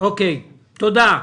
תודה.